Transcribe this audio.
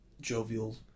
jovial